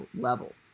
level